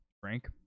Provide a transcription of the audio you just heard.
Frank